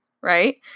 right